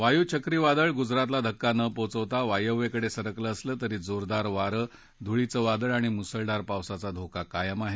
वायू चक्रीवादळ गुजरातला धक्का न पोचवता वायव्येकडे सरकलं असलं तरी जोरदार वारं धुळीचं वादळ आणि मुसळधार पावसाचा धोका कायम आहे